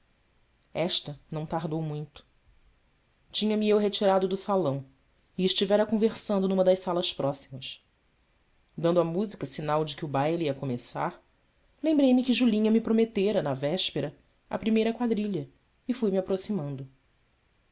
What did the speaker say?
esta não tardou muito tinha-me eu retirado do salão e estivera conversando numa das salas próximas dando a música sinal de que o baile ia começar lembrei-me que julinha me prometera na véspera a primeira quadrilha e fui-me aproximando